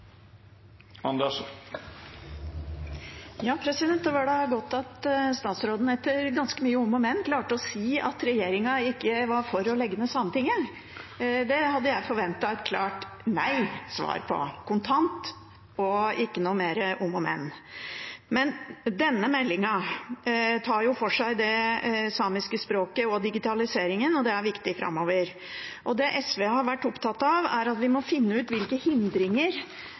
da godt at statsråden etter ganske mye om og men klarte å si at regjeringen ikke var for å legge ned Sametinget. Det hadde jeg forventet et klart nei-svar på, kontant og ikke noe mer om og men. Men denne meldingen tar for seg det samiske språket og digitaliseringen, og det er viktig framover. Det SV har vært opptatt av, er at vi må finne ut hvilke hindringer